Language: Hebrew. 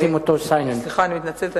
אני מתנצלת,